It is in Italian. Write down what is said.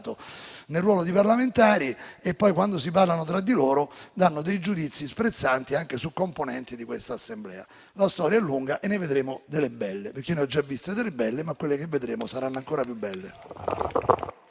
passato nel ruolo di parlamentari e che, quando si parlano tra di loro, danno dei giudizi sprezzanti anche su componenti di questa Assemblea. La storia è lunga e ne vedremo delle belle. Ne ho già viste delle belle, ma quelle che vedremo saranno ancora più belle.